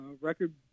record